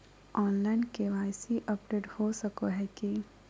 Online KYC update हो सको है की?